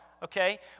Okay